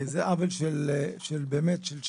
זה עוול, באמת, של שנים.